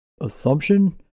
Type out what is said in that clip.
assumption